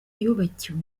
yubakiwe